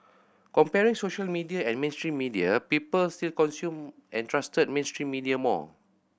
comparing social media and mainstream media people still consumed and trusted mainstream media more